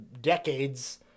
decades